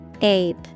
Ape